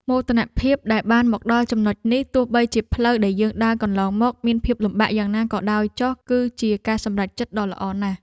មោទនភាពដែលបានមកដល់ចំណុចនេះទោះបីជាផ្លូវដែលយើងដើរកន្លងមកមានភាពលំបាកយ៉ាងណាក៏ដោយចុះគឺជាការសម្រេចចិត្តដ៏ល្អណាស់។